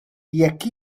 jekk